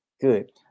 Good